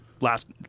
last